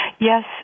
yes